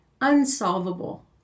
unsolvable